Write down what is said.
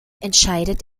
entscheidet